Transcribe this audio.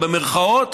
במירכאות,